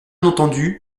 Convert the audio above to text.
entendu